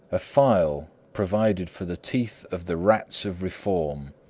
a file provided for the teeth of the rats of reform.